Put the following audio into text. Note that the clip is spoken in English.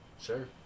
sure